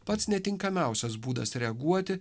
pats netinkamiausias būdas reaguoti